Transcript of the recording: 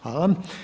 Hvala.